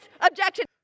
objection